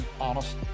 honest